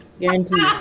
Guaranteed